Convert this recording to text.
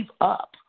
up